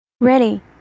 Ready